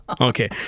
Okay